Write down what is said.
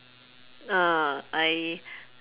uh I